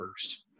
first